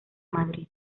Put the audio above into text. madrid